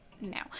now